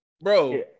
Bro